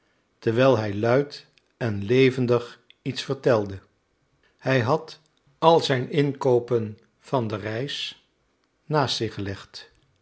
terwijl hij luid en levendig iets vertelde hij had al zijn inkoopen van de reis naast